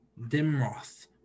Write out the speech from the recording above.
Dimroth